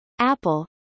Apple